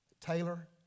Taylor